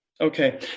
Okay